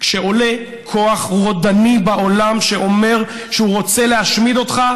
כשעולה כוח רודני בעולם שאומר שהוא רוצה להשמיד אותך,